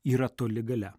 yra toli gale